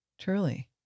truly